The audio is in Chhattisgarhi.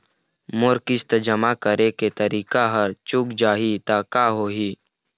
मोर किस्त जमा करे के तारीक हर चूक जाही ता का होही?